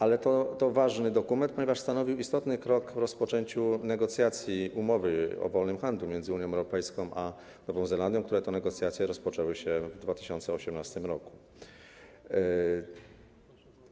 Ale to ważny dokument, ponieważ stanowił istotny krok w rozpoczęciu negocjacji umowy o wolnym handlu między Unią Europejską a Nową Zelandią, które to negocjacje rozpoczęły się w 2018 r.